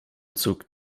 zug